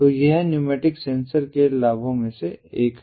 तो यह इन न्यूमैटिक सेंसर के लाभों में से एक है